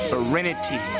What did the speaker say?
Serenity